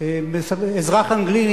אזרח אנגלי,